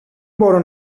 μπορώ